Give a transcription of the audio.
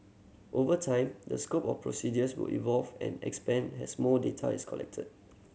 over time the scope of procedures will evolve and expand has more data is collected